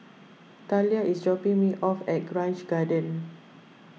Thalia is dropping me off at Grange Garden